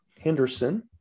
Henderson